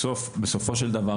בסופו של דבר,